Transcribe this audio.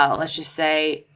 um let's just say,